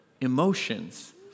emotions